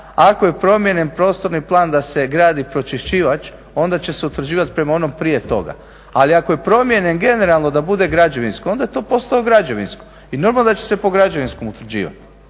ako je promijenjen prostorni plan da se gradi pročiščivać onda će se utvrđivati prema onom prije toga. Ali ako je promijenjen generalno da bude građevinsko onda je to posao građevinskog i normalno da će se po građevinskom utvrđivati.